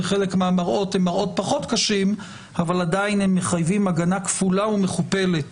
וחלק מהמראות הם פחות קשים אבל עדין הם מחייבים הגנה כפולה ומכופלת